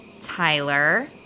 Tyler